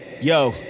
yo